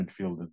midfielders